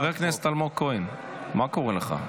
חבר הכנסת אלמוג כהן, מה קורה לך?